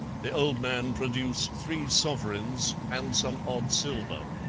the old man produced three sovereigns and some odd silver.